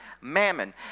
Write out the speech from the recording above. mammon